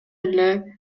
эле